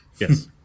Yes